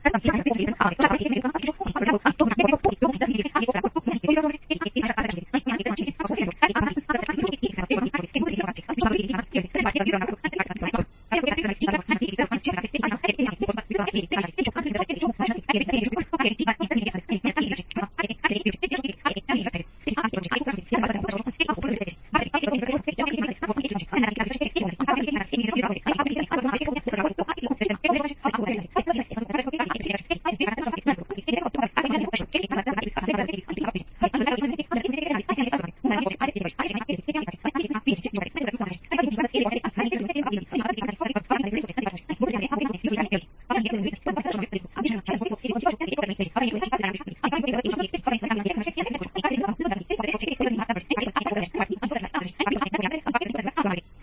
અન્ય ઉપયોગી op amp circuit Is R Is1 × R હશે